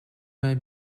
may